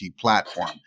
platform